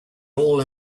all